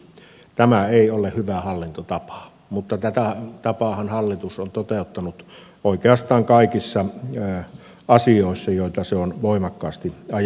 tämä ei ole hyvä hallintotapa mutta tätä tapaahan hallitus on toteuttanut oikeastaan kaikissa asioissa joita se on voimakkaasti ajanut eteenpäin